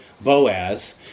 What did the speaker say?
Boaz